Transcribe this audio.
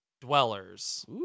Dwellers